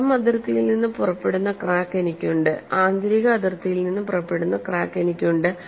പുറം അതിർത്തിയിൽ നിന്ന് പുറപ്പെടുന്ന ക്രാക്ക് എനിക്കുണ്ട് ആന്തരിക അതിർത്തിയിൽ നിന്ന് പുറപ്പെടുന്ന ക്രാക്ക് എനിക്കുണ്ട്